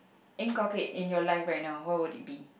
inculcate in your life right now what would it be